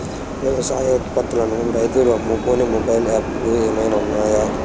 వ్యవసాయ ఉత్పత్తులను రైతులు అమ్ముకునే మొబైల్ యాప్ లు ఏమైనా ఉన్నాయా?